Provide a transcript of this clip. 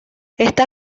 está